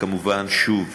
וכמובן, שוב,